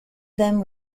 them